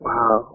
Wow